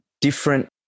different